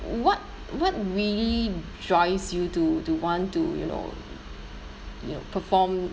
what what really drives you to to to want to you know you know perform